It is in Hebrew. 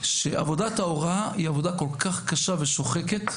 שעבודת ההוראה היא עבודה כל כך קשה ושוחקת,